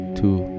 two